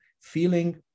feeling